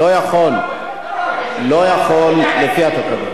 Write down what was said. לא יכול לפי התקנון.